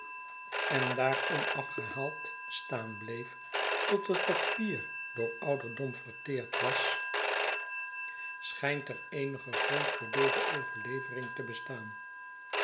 en daar onafgehaald staan bleef tot het papier door ouderdom verteerd was schijnt er eenige grond voor deze overlevering te bestaan